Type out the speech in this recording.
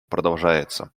продолжается